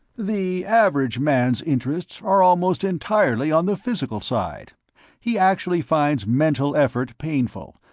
the average man's interests are almost entirely on the physical side he actually finds mental effort painful,